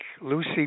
Lucy